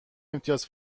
امتیاز